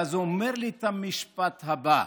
ואז הוא אומר לי את המשפט הבא,